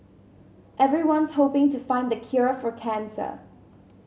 everyone's hoping to find the cure for cancer